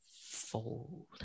fold